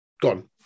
gone